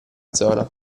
zona